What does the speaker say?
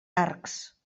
arcs